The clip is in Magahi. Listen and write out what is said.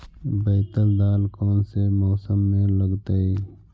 बैतल दाल कौन से मौसम में लगतैई?